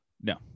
No